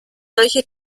solche